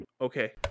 Okay